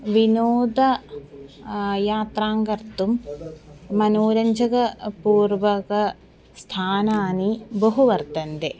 विनोद यात्रां कर्तुं मनोरञ्जनपूरकस्थानानि बहु वर्तन्ते